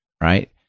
right